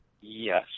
Yes